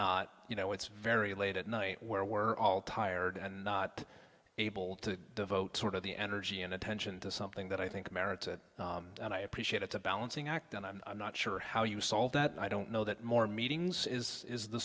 not you know it's very late at night where were all tired and not able to vote sort of the energy and attention to something that i think merits it and i appreciate it's a balancing act and i'm not sure how you solve that i don't know that more meetings is is the